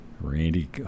randy